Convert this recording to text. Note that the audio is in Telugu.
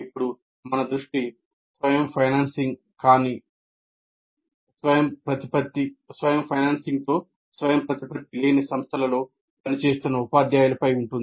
ఇప్పుడు మన దృష్టి స్వయం ఫైనాన్సింగ్ స్వయంప్రతిపత్త లేని సంస్థలలో పనిచేస్తున్న ఉపాధ్యాయులపై ఉంటుంది